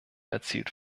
erzielt